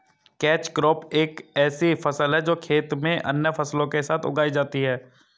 catch crop एक ऐसी फसल है जो खेत में अन्य फसलों के साथ उगाई जाती है